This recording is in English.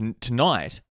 tonight